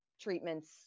treatments